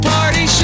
Party